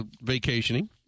vacationing